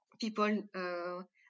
people